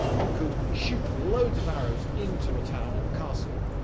you could shoot loads of arrows into a town or castle,